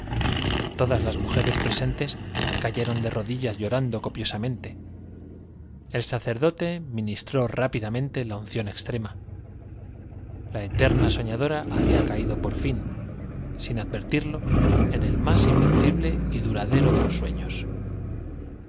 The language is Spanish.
todas las mujeres presentes cayeron de rodillas llorando copiosamente el sacerdote ministró la unción extrema la eterna soñadora rápidamente había caído por fin sin advertirlo en el más mven cible y duradero de los sueños